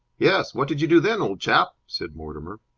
yes, what did you do then, old chap? said mortimer.